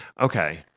Okay